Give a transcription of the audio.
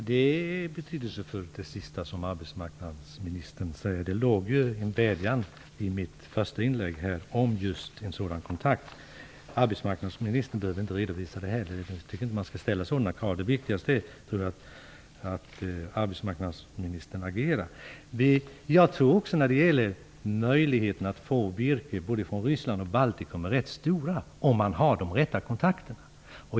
Herr talman! Det sista som arbetsmarknadsministern sade var betydelsefullt. I mitt första inlägg låg en vädjan om just en sådan kontakt. Arbetsmarknadsministern behöver inte redovisa resultatet här. Jag tycker inte att man skall ställa sådana krav. Det viktigaste är att arbetsmarknadsministern agerar. Jag tror vidare att möjligheterna att få virke från Ryssland och från Baltikum är rätt stora, om man har de rätta kontakterna.